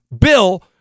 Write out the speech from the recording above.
Bill